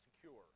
secure